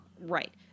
Right